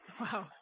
Wow